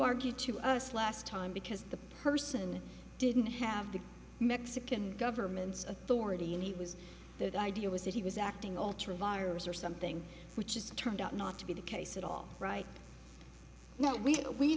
argue to us last time because the person didn't have the mexican government's authority was that idea was that he was acting alter a virus or something which just turned out not to be the case at all right now we we